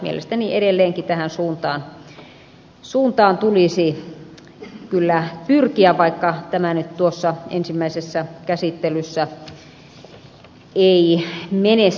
mielestäni edelleenkin tähän suuntaan tulisi kyllä pyrkiä vaikka tämä nyt tuossa ensimmäisessä käsittelyssä ei menestynytkään